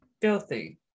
Filthy